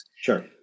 Sure